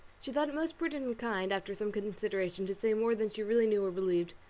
she thought it most prudent and kind, after some consideration, to say more than she really knew or believed.